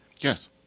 Yes